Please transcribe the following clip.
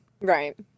right